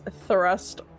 thrust